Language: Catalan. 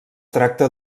tracta